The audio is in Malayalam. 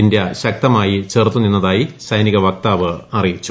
ഇന്ത്യ ശക്തമായി ചെറുത്ത് നിന്നതായി സ്സെന്ികവക്താവ് അറിയിച്ചു